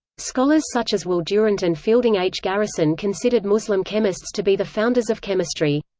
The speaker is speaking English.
scholars such as will durant and fielding h. garrison considered muslim chemists to be the founders of chemistry.